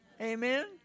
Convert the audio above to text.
Amen